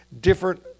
different